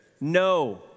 No